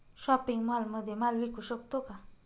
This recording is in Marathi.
शॉपिंग मॉलमध्ये माल विकू शकतो का?